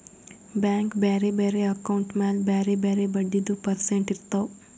bank ಬ್ಯಾರೆ ಬ್ಯಾರೆ account ಮ್ಯಾಲ ಬ್ಯಾರೆ ಬ್ಯಾರೆ ಬಡ್ಡಿದು ಪರ್ಸೆಂಟ್ ಇರ್ತಾವ್